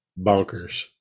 bonkers